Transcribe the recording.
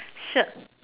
shirt